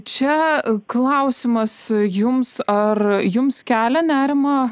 čia klausimas jums ar jums kelia nerimą